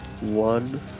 one